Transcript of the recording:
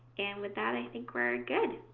and with that i think we're good.